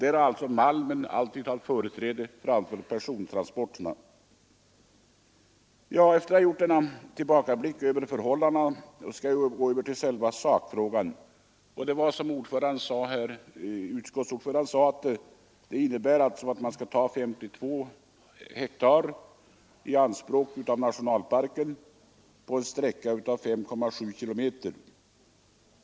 Där har alltså malmen alltid haft företräde framför persontransporterna. Efter den tillbakablicken skall jag gå över till sakfrågan. Som utskottsordföranden sade skall man ta 52 hektar i anspråk av nationalparken på en sträcka av 5,7 kilometer.